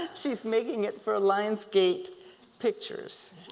she's making it for lionsgate pictures,